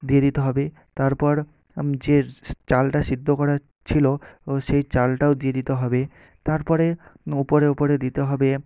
দিয়ে দিতে হবে তারপর যে সি চালটা সিদ্ধ করা ছিলো ও সেই চালটাও দিয়ে দিতে হবে তারপরে ওপরে ওপরে দিতে হবে